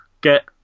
get